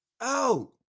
out